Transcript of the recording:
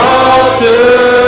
altar